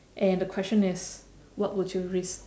and the question is what would you risk